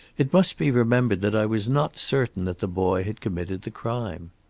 it must be remembered that i was not certain that the boy had committed the crime.